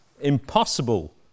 impossible